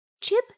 Chip